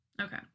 Okay